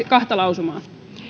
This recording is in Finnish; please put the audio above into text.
kahta lausumaa